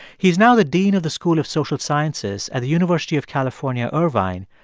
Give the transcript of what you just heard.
he is now the dean of the school of social sciences at the university of california, irvine,